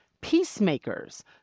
peacemakers